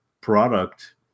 product